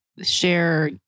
share